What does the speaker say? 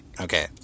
Okay